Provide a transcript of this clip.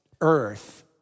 earth